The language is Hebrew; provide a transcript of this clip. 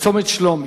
בצומת שלומי.